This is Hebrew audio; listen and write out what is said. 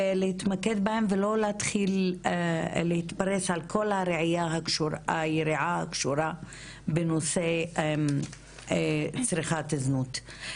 להתמקד בהם ולא להתפרס על כל היריעה הקשורה בנושא צריכת זנות.